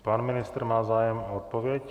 Pan ministr má zájem o odpověď?